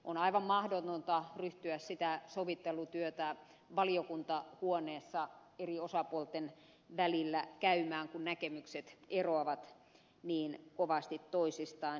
on aivan mahdotonta ryhtyä sitä sovittelutyötä valiokuntahuoneessa eri osapuolten välillä käymään kun näkemykset eroavat niin kovasti toisistaan